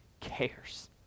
cares